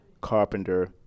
Carpenter